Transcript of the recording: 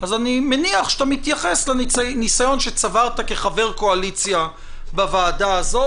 אני מניח שאתה מתייחס לניסיון שצברת כחבר קואליציה בוועדה הזאת,